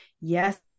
yes